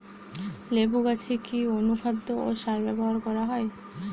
লেবু গাছে কি অনুখাদ্য ও সার ব্যবহার করা হয়?